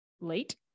late